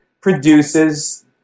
produces